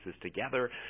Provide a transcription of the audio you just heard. together